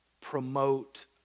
promote